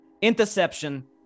interception